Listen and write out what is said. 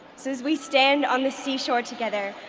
so as we stand on the seashore together,